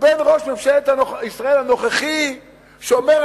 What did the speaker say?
ובין ראש ממשלת ישראל הנוכחי שאומר,